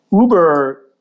Uber